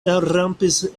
elrampis